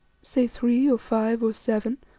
say three, or five, or seven,